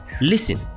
Listen